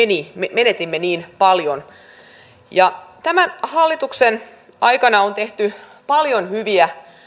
menetimme niin paljon tämän hallituksen aikana on tehty paljon hyviä